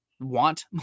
want